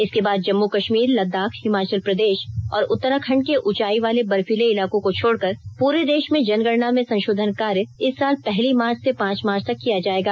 इसके बाद जम्मू कश्मीर लद्दाख हिमाचल प्रदेश और उत्तराखंड के ऊंचाई वाले बर्फीले इलाकों को छोड़कर पूरे देश में जनगणना में संशोधन कार्य इस साल पहली मार्च से पांच मार्च तक किया जाएगा